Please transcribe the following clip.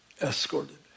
escorted